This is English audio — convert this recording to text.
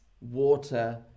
Water